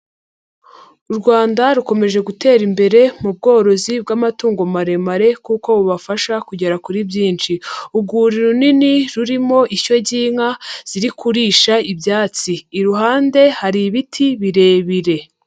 U Rwanda rukomeje gutera imbere mu bworozi bw'amatungo maremare kuko bubafasha kugera kuri byinshi. Urwuri runini rurimo ishyo ry'inka ziri kurisha ibyatsi, iruhande hari ibiti birebire.